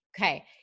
Okay